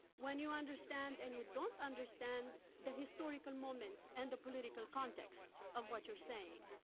when you understand and you don't understand the historical moment and the political context of what you're saying.